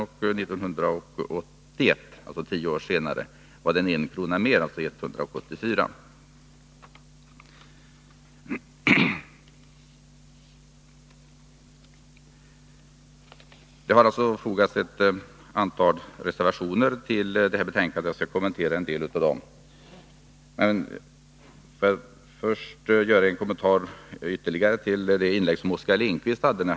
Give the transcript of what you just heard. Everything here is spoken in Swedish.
1981, alltså tio år senare, var varmhyran 1 kr. högre, alltså 184 kr./m?. Det har fogats ett antal reservationer till detta betänkande. Jag skall kommentera en del av dem. Men först vill jag göra ytterligare en kommentar till Oskar Lindkvists inlägg.